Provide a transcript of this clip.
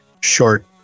short